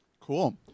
Cool